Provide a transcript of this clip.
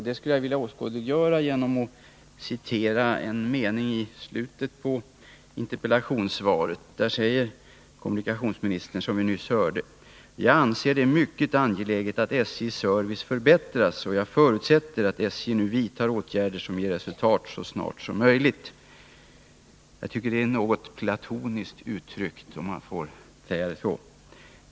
Det skulle jag vilja åskådliggöra genom att citera en mening i slutet på svaret: ”Jag anser att det är mycket angeläget att SJ:s service förbättras, och jag förutsätter att SJ nu vidtar åtgärder som ger resultat så snart som möjligt.” Jag tycker det är något platoniskt uttryckt, om jag får säga så.